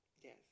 Yes